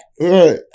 Right